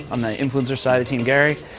i'm the influencer side of team gary.